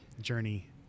journey